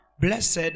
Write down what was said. Blessed